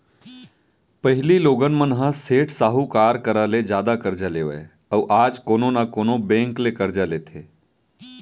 पहिली लोगन मन ह सेठ साहूकार करा ले जादा करजा लेवय अउ आज कोनो न कोनो बेंक ले करजा लेथे